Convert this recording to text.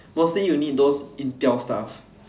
mostly you need those intel stuffs